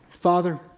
father